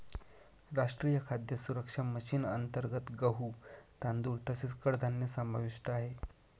राष्ट्रीय खाद्य सुरक्षा मिशन अंतर्गत गहू, तांदूळ तसेच कडधान्य समाविष्ट आहे